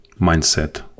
mindset